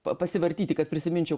pa pasivartyti kad prisiminčiau